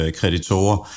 kreditorer